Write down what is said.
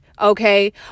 okay